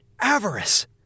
avarice